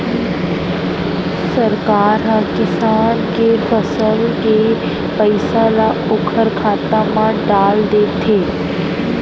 सरकार ह किसान के फसल के पइसा ल ओखर खाता म डाल देथे